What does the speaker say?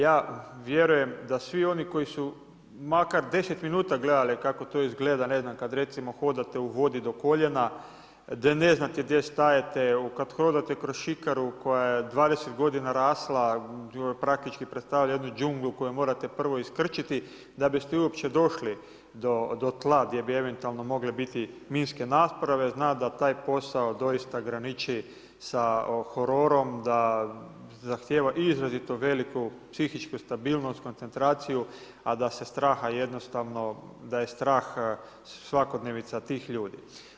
Ja vjerujem da svi oni koji su makar 10 minuta gledali kako to izgleda, ne znam, kad recimo hodate u vodi do koljena, da ne znate gdje stajete, kada hodate kroz šikaru koja je 20 g. rasla, praktički predstavlja jednu džunglu koju morate prvo isključiti, da biste uopće došli do tla, gdje bi eventualno mogle biti minske naprave, zna ta taj posao doista graniči sa hororom, da zahtjeva izuzetno veliku psihičku stabilnost i koncentraciju, a da se straha jednostavno, da je strah svakodnevnica tih ljudi.